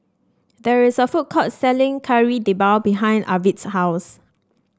there is a food court selling Kari Debal behind Arvid's house